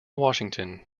washington